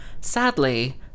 Sadly